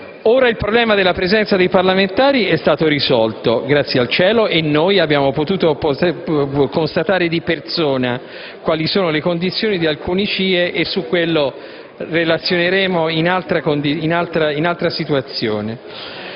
Il problema della presenza dei parlamentari è stato - grazie al cielo - risolto, e abbiamo potuto constatare di persona quali sono le condizioni di alcuni CIE, su cui relazioneremo in altro contesto.